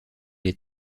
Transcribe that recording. les